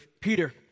Peter